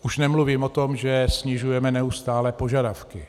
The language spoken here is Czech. Už nemluvím o tom, že snižujeme neustále požadavky.